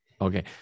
Okay